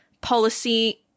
policy